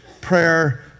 prayer